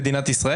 למעט בבריטניה.